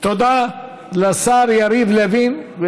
תודה לשר יריב לוין.